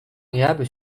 agréable